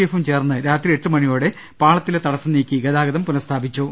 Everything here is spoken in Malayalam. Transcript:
എഫും ചേർന്ന് എട്ടുമണിയോടെ പാളത്തിലെ തടസ്സം നീക്കി ഗതാഗതം പുനസ്ഥാപിച്ചു